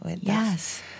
Yes